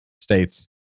states